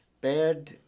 bad